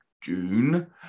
June